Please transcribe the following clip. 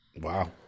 Wow